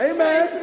Amen